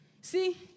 See